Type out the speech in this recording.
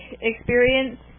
experience